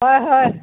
হয় হয়